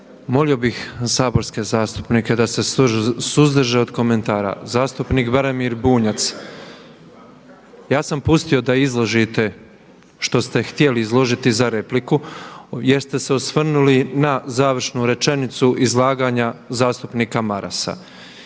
molio bih saborske zastupnike da se suzdrže od komentara. Zastupnik Branimir Bunjac ja sam pustio da izložite što ste htjeli izložiti za repliku jer ste se osvrnuli na završnu rečenicu izlaganja zastupnika Marasa